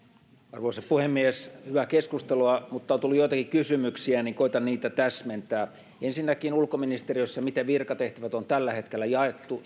arvoisa puhemies hyvää keskustelua mutta on tullut joitakin kysymyksiä ja koetan niitä täsmentää ensinnäkin miten ulkoministeriössä virkatehtävät on tällä hetkellä jaettu